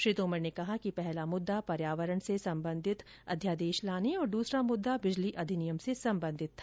श्री तोमर ने कहा कि पहला मुद्दा पर्यावरण से संबंधी अध्यादेश लाने और दूसरा मुद्दा बिजली अधिनियम से संबंधित था